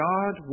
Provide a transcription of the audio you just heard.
God